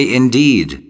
indeed